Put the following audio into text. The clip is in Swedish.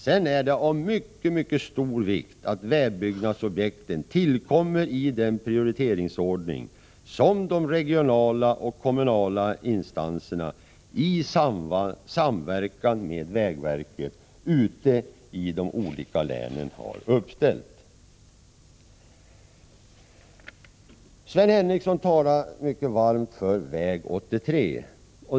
Sedan är det av mycket stor vikt att vägbyggnadsobjekten prioriteras i den ordning som de regionala och kommunala instanserna i de olika länen har beslutat om i samverkan med vägverket. Sven Henricsson talade mycket varmt för riksväg 83.